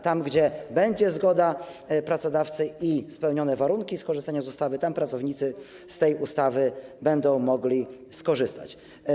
Tam gdzie będzie zgoda pracodawcy i zostaną spełnione warunki skorzystania z ustawy, tam pracownicy z tej ustawy będą mogli skorzystać.